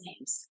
Names